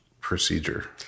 procedure